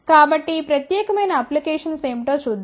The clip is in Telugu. కాబట్టి ఈ ప్రత్యేకమైన అప్లికేషన్స్ ఏమిటో చూద్దాం